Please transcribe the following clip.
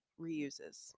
reuses